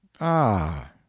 Ah